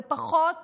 זה פחות